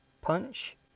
punch